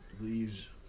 leaves